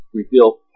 reveal